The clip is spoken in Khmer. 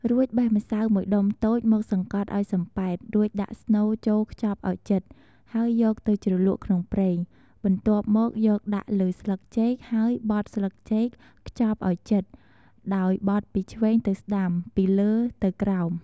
រួចបេះម្សៅមួយដុំតូចមកសង្កត់ឱ្យសំប៉ែត រួចដាក់ស្នូលចូលខ្ចប់ឱ្យជិត ហើយយកទៅជ្រលក់ក្នុងប្រេង បន្ទាប់មកយកដាក់លើស្លឹកចេកហើយបត់ស្លឹកចេកខ្ចប់ឱ្យជិត ដោយបត់ពីឆ្វេងទៅស្តាំ ពីលើទៅក្រោម។